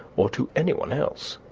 or to any one else.